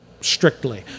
strictly